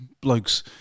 blokes